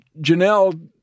Janelle